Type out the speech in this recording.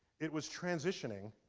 it was transitioning